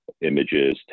images